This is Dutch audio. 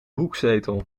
hoekzetel